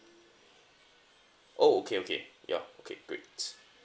oh okay okay yeah okay great